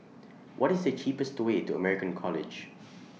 What IS The cheapest Way to American College